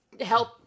help